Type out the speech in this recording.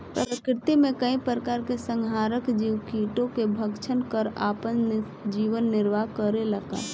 प्रकृति मे कई प्रकार के संहारक जीव कीटो के भक्षन कर आपन जीवन निरवाह करेला का?